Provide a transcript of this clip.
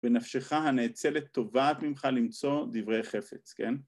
‫ונפשך הנאצלת תובעת ממך למצוא דברי חפץ, כן?